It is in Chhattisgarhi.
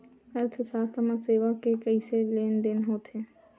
अर्थशास्त्र मा सेवा के कइसे लेनदेन होथे?